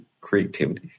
creativity